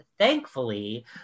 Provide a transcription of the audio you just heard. Thankfully